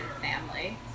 family